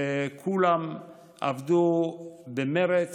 וכולם עבדו במרץ,